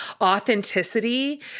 authenticity